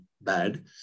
bad